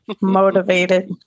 motivated